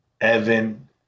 Evan